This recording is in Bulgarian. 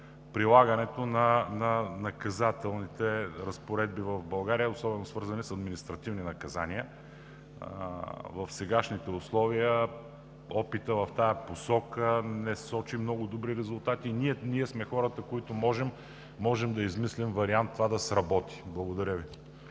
прилагането на наказателните разпоредби в България, свързани особено с административните наказания. В сегашните условия опитът в тази посока не сочи много добри резултати. Ние сме хората, които можем да измислим вариант това да сработи. Благодаря Ви.